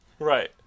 Right